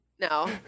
No